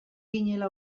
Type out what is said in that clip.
ginela